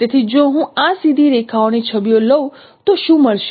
તેથી જો હું આ સીધી રેખાઓની છબીઓ લઉં તો શું મળશે